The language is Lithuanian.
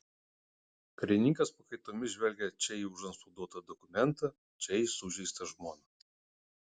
karininkas pakaitomis žvelgė čia į užantspauduotą dokumentą čia į sužeistą žmoną